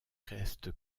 reste